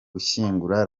gushyingura